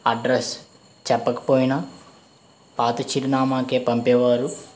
address చెప్పకపోయిన పాత చిరునామాకి పంపేవారు